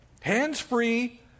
hands-free